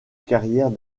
carrière